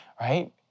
right